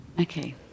Okay